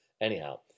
Anyhow